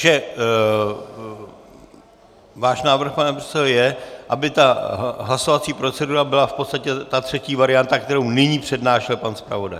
Takže váš návrh, pane předsedo, je, aby ta hlasovací procedura byla v podstatě ta třetí varianta, kterou nyní přednášel pan zpravodaj.